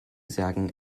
sagen